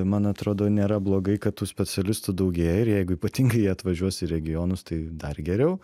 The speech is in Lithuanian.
man atrodo nėra blogai kad tų specialistų daugėja ir jeigu ypatingai jie atvažiuos į regionus tai dar geriau